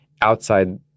outside